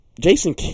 Jason